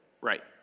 Right